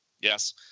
yes